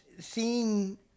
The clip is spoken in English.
seeing